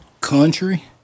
Country